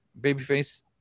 Babyface